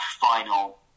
final